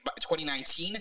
2019